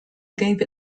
gave